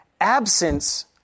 absence